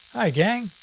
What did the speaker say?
hi gang!